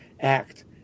act